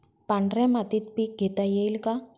पांढऱ्या मातीत पीक घेता येईल का?